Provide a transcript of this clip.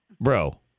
bro